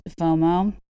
FOMO